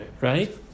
Right